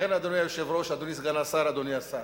לכן, אדוני היושב-ראש, אדוני סגן השר, אדוני השר,